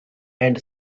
and